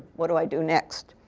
what do i do next?